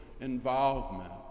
involvement